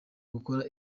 gukora